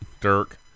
Dirk